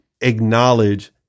acknowledge